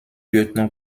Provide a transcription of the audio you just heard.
lieutenant